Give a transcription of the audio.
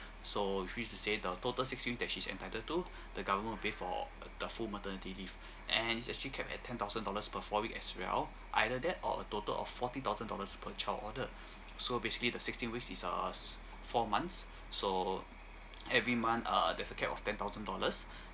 so which means to say the total sixteen weeks that she's entitled to the government pay for the full maternity leave and is actually capped at ten thousand dollars per four weeks as well either that or a total of forty thousand dollars per child order so basically the sixteen weeks is uh four months so every month uh there's a cap of ten thousand dollars